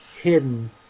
hidden